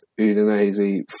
Udinese